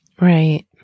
Right